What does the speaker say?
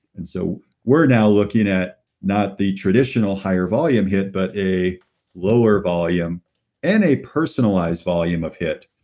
and so we're now looking at not the traditional higher volume hit, but a lower volume and a personalized volume of hit.